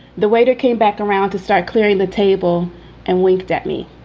the waiter came back around to start clearing the table and winked at me